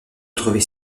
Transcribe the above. trouvait